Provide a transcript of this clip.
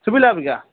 ଶୁଭିଲା ଅବିକା